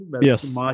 yes